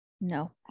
No